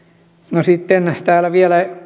sitten kun täällä vielä